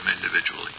individually